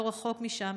לא רחוק משם,